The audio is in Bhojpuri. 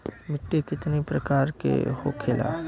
मिट्टी कितना प्रकार के होखेला?